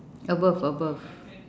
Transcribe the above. above above